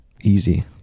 easy